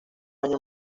años